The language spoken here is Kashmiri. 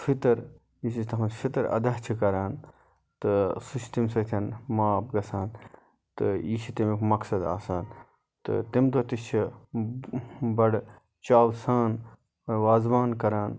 فطر یُس أسۍ تتھ منٛز فطر چھِ اَدا کَران تہٕ سُہ چھُ تَمہِ سۭتۍ معاف گَژھان تہٕ یہِ چھُ تیٚمیُک مَقصد آسان تہٕ تمہِ دۄہ تہِ چھِ بَڈٕ چاوٕ سان وازوان کَران